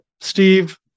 Steve